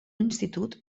institut